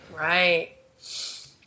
Right